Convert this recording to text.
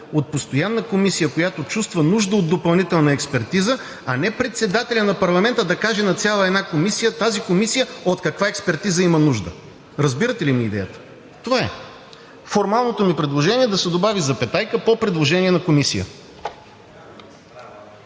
от постоянна комисия, която чувства нужда от допълнителна експертиза, а не председателят на парламента да каже на цяла една комисия: тази комисия от каква експертиза има нужда. Разбирате ли ми идеята? Това е. Формалното ми предложение е, да се добави: „запетайка – по предложение на комисия“.